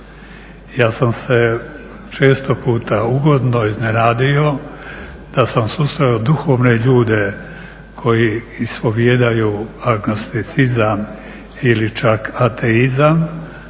Ja sam se često puta ugodno iznenadio da sam susreo duhovne ljude koji ispovijedaju agnosticizam ili čak ateizam,